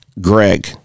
Greg